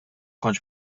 kontx